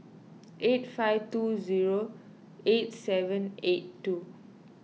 eight five two zero eight seven eight two